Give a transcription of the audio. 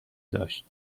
داشت